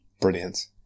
brilliant